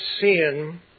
sin